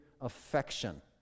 affection